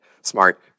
smart